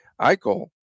Eichel